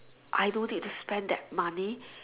I don't need to spend that money